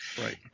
Right